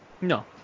No